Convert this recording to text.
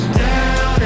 down